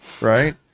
right